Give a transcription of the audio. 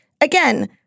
Again